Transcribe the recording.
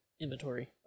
inventory